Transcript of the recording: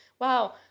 wow